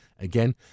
again